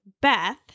Beth